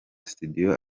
studio